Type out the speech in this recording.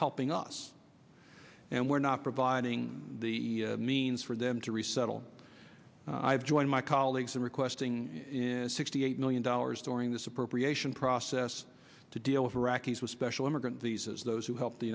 helping us and we're not providing the means for them to resettle i've joined my colleagues in requesting sixty eight million dollars during this appropriation process to deal with iraqis with special immigrant visas those help the